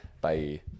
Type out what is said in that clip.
Bye